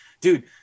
dude